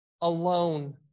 alone